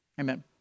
Amen